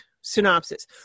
synopsis